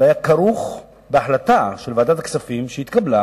זה היה כרוך בהחלטה של ועדת הכספים שהתקבלה